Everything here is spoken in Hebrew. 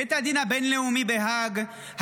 בית הדין הבין-לאומי בהאג,